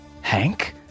Hank